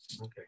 Okay